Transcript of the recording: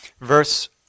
Verse